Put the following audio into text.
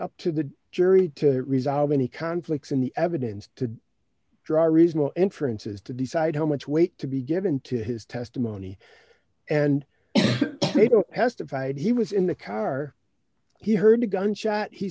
up to the jury to resolve any conflicts in the evidence to draw reasonable inferences to decide how much weight to be given to his testimony and testified he was in the car he heard a gunshot he